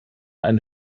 ein